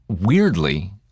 Weirdly